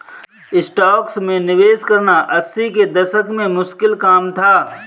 stocks में निवेश करना अस्सी के दशक में मुश्किल काम था